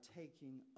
taking